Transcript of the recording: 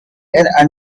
and